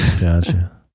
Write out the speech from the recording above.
Gotcha